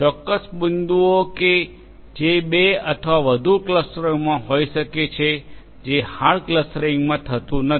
ચોક્કસ બિંદુઓ કે જે બે અથવા વધુ ક્લસ્ટરોમાં હોઈ શકે છે જે હાર્ડ ક્લસ્ટરિંગ માં થતું નથી